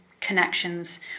connections